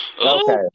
Okay